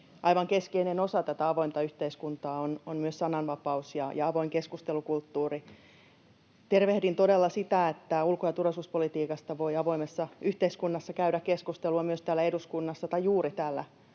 aivan keskeinen osa tätä avointa yhteiskuntaa on myös sananvapaus ja avoin keskustelukulttuuri. Tervehdin todella sitä, että ulko- ja turvallisuuspolitiikasta voi avoimessa yhteiskunnassa käydä keskustelua myös täällä eduskunnassa, tai juuri täällä